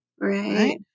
right